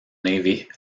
navy